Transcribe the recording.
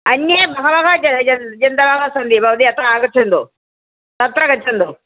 अन्ये बहवः जन्तवः सन्ति भवती अत्र आगच्छन्तु तत्र गच्छन्तु